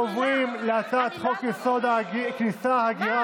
חברת הכנסת אבקסיס,